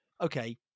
okay